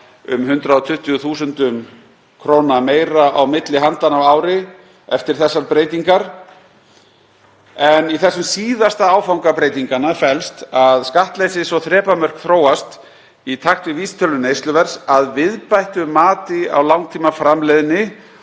um 120 þús. kr. meira milli handanna á ári eftir þessar breytingar. Í síðasta áfanga breytinganna felst að skattleysis- og þrepamörk þróast í takt við vísitölu neysluverðs að viðbættu mati á langtímaframleiðni